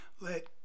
let